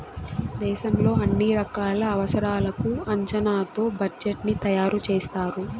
దేశంలో అన్ని రకాల అవసరాలకు అంచనాతో బడ్జెట్ ని తయారు చేస్తారు